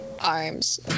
Arms